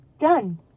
Done